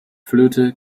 flöte